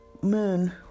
moon